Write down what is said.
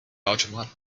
automat